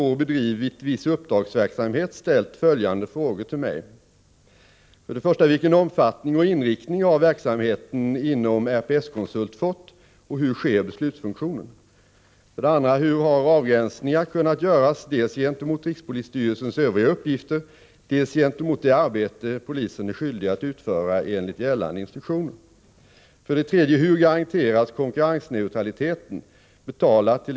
Tveksamheten gällde bl.a. möjligheten till avgränsning gentemot rikspolisstyrelsens övriga uppgifter och svårigheten att avgöra vad RPS på det här området är skyldigt att göra enligt gällande instruktioner, alltså utan att ta betalt.